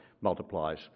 multiplies